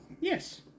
Yes